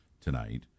tonight